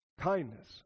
kindness